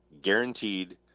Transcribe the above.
Guaranteed